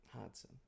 Hudson